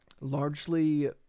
largely